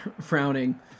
frowning